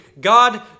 God